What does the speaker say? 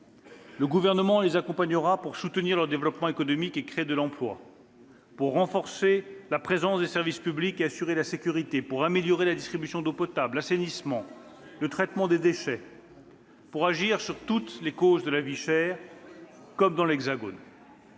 Le Gouvernement les accompagnera pour soutenir leur développement économique et créer de l'emploi, pour renforcer la présence des services publics et assurer la sécurité, pour améliorer la distribution d'eau potable, l'assainissement et le traitement des déchets. » Cinq ans de perdus ... C'est tout de même fou